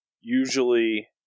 usually